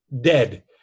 dead